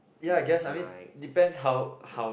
ya I guess I mean depends how how